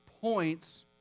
points